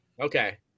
Okay